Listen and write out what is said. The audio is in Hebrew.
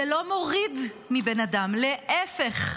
זה לא מוריד מבן אדם, להפך,